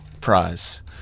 prize